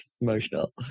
Emotional